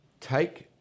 take